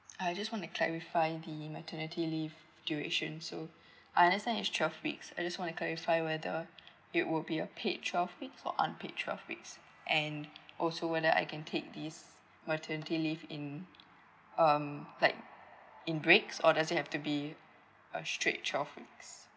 I just want to clarify the maternity leave duration so I understand it's twelve weeks I just want to clarify whether it will be a paid twelve weeks or unpaid twelve weeks and also whether I can take this maternity leave in um like in breaks or does it have to be a straight twelve weeks